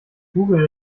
google